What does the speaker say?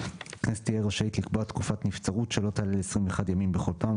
הכנסת תהיה רשאית לקבוע תקופת נבצרות שלא תעלה על 21 ימים בכל פעם,